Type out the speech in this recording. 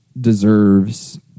deserves